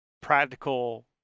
practical